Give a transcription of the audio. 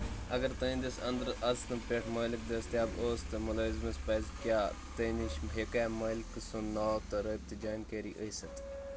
اگر تہنٛدِس اندرٕ اژنہٕ پٮ۪ٹھ مٲلِک دٔستِیاب ٲسۍ تہٕ مُلٲزِمَس پژِ کیٛاہ ژٕ نِش ہیکا مٲلِک سُنٛد ناو تہٕ رٲبطٕچ جانٛکٲری أسِتھ